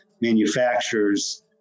manufacturers